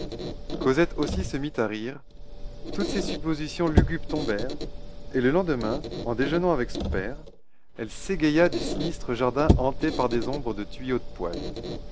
cosette aussi se mit à rire toutes ses suppositions lugubres tombèrent et le lendemain en déjeunant avec son père elle s'égaya du sinistre jardin hanté par des ombres de tuyaux de poêle